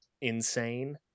insane